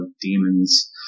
demons